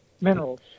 minerals